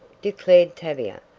declared tavia,